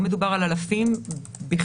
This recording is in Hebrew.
לא מדובר על אלפים בכלל.